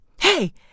Hey